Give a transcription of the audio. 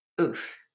Oof